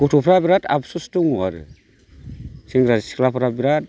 गथ'फ्रा बिराद आबसुस दं आरो सेंग्रा सिख्लाफ्रा बिराद